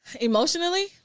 Emotionally